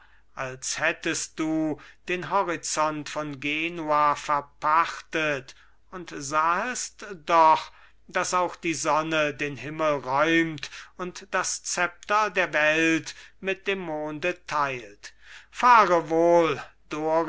als hättest du den horizont von genua verpachtet und sahest doch daß auch die sonne den himmel räumt und das zepter der welt mit dem monde teilt fahre wohl